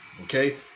Okay